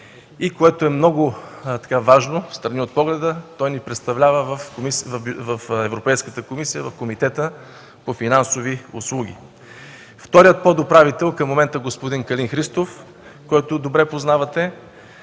събрание. Много важно и встрани от погледа е, че той ни представлява в Европейската комисия в Комитета по финансови услуги. Вторият подуправител, към момента господин Калин Христов, когото добре познавате,